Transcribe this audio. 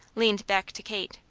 leaned back to kate.